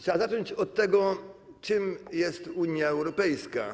Trzeba zacząć od tego, czym jest Unia Europejska.